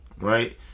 Right